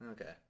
Okay